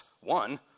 one